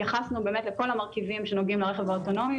התייחסנו לכל המרכיבים שנוגעים לרכב האוטונומי,